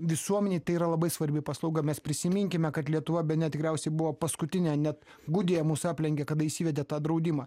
visuomenei tai yra labai svarbi paslauga mes prisiminkime kad lietuva bene tikriausiai buvo paskutinė net gudija mus aplenkė kada įsivedė tą draudimą